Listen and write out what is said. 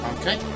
Okay